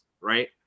right